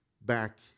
back